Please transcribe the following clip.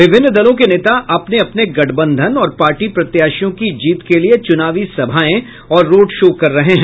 विभिन्न दलों के नेता अपने अपने गठबंधन और पार्टी प्रत्याशियों की जीत के लिए चुनावी सभाएं और रोड शो कर रहे हैं